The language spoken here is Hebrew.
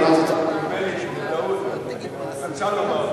תודה רבה.